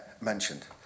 mentioned